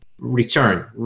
return